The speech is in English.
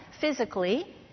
physically